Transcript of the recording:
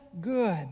good